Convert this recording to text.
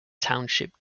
township